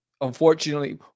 unfortunately